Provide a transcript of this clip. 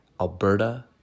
Alberta